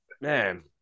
Man